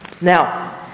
Now